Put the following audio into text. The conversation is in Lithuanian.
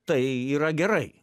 tai yra gerai